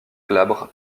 glabres